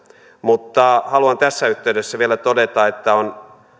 mutta haluan tässä yhteydessä vielä todeta että on